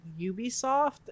ubisoft